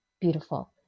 Beautiful